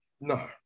No